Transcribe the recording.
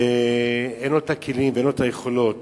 ואין לו הכלים ואין לו היכולות